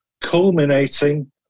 culminating